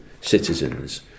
Citizens